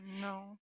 no